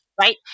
Right